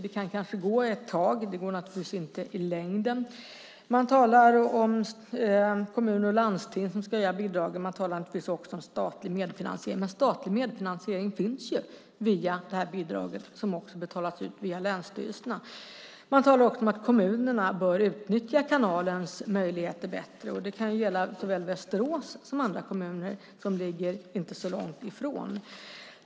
Det kan kanske gå ett tag, men det går naturligtvis inte i längden. Man talar om kommuner och landsting som ska höja bidragen. Man talar naturligtvis också om statlig medfinansiering, men statlig medfinansiering finns via det här bidraget, som också betalas ut via länsstyrelserna. Man talar också om att kommunerna bör utnyttja kanalens möjligheter bättre. Det kan gälla såväl Västerås som andra kommuner som inte ligger så långt ifrån.